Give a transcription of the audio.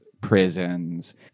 prisons